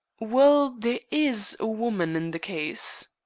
well, there is a woman in the case.